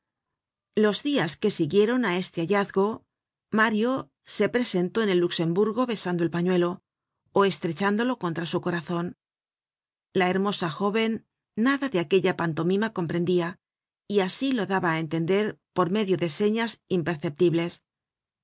los dias que siguieron á este hallazgo mario se presentó en el luxemburgo besando el pañuelo ó estrechándolo contra su corazon la hermosa jóven nada de aquella pantomima comprendia y asi lo daba á entender por medio de señas imperceptibles oh